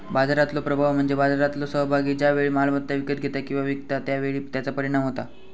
बाजारातलो प्रभाव म्हणजे बाजारातलो सहभागी ज्या वेळी मालमत्ता विकत घेता किंवा विकता त्या वेळी त्याचा परिणाम होता